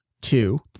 two